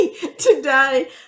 today